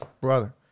Brother